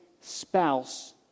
spouse